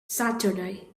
saturday